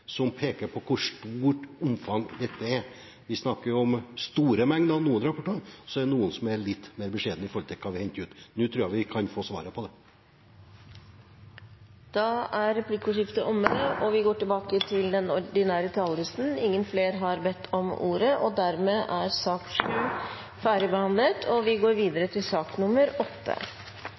som faktisk hentes ut. Det er ulike rapporter fra 2008 og fram til nå som peker på hvor stort omfang dette har. Det er snakk om store mengder i noen rapporter, og så er det noen som er litt mer beskjedne når det gjelder hva som hentes ut. Nå tror jeg vi kan få svaret på det. Replikkordskiftet er omme. Flere har ikke bedt om ordet til sak